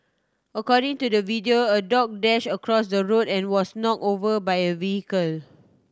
according to the video a dog dashed across the road and was knocked over by a vehicle